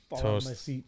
Toast